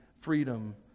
freedom